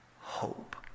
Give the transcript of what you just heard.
hope